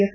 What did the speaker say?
F